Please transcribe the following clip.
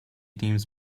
deems